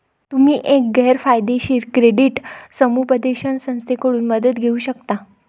तुम्ही एक गैर फायदेशीर क्रेडिट समुपदेशन संस्थेकडून मदत घेऊ शकता